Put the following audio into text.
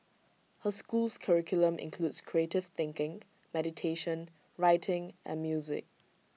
her school's curriculum includes creative thinking meditation writing and music